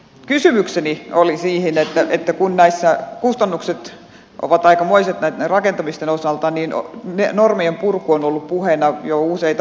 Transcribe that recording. kysymykseni oli siitä että kun näissä kustannukset ovat aikamoiset näiden rakentamisen osalta niin normien purku on ollut puheena jo useita vuosia